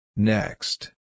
Next